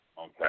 Okay